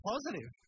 Positive